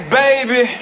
baby